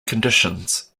conditions